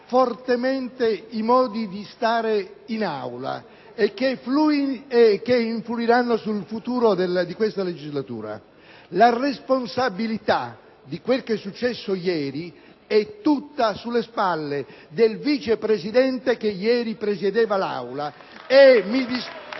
fortemente i modi di stare in Aula e che influiranno sul futuro di questa legislatura. La responsabilità di quel che è successo ieri grava tutta sulle spalle del Vice Presidente che ieri presiedeva l'Aula